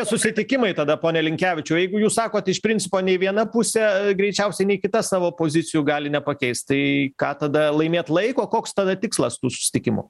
susitikimai tada pone linkevičiau jeigu jūs sakot iš principo nei viena pusė greičiausiai nei kita savo pozicijų gali nepakeist tai ką tada laimėt laiko koks tada tikslas tų susitikimų